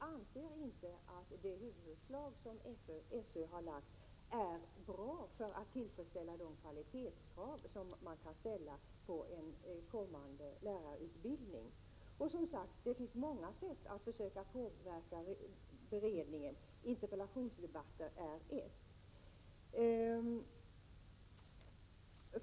Vi anser inte att det huvudförslag som SÖ har framlagt är bra för att tillfredsställa de kvalitetskrav som man kan ställa på en kommande lärarutbildning. Och, som sagt, det finns många sätt att försöka påverka beredningen, interpellationsdebatter är ett.